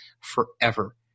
forever